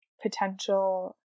Potential